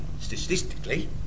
statistically